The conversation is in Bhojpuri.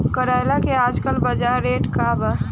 करेला के आजकल बजार रेट का बा?